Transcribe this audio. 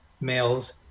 males